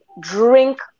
drink